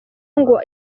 ngo